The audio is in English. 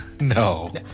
no